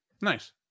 Nice